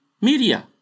Media